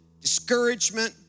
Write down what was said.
discouragement